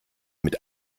mit